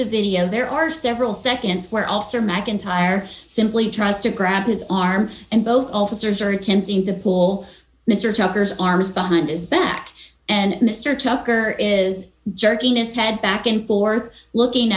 the video there are several seconds where officer mcintyre simply tries to grab his arm and both officers are attempting to pull mister tucker's arms behind his back and mister tucker is jerking this head back and forth looking